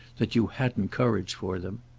that you hadn't courage for them.